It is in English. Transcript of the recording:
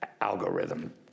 algorithm